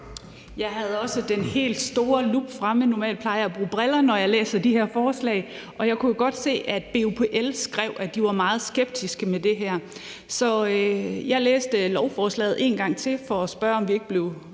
Jeg havde også den helt store lup fremme. Normalt bruger jeg briller, når jeg læser de her forslag, og jeg kunne jo godt se, at BUPL skrev, at de var meget skeptiske over for det her. Så jeg læste lovforslaget en gang til for at spørge, om der ikke var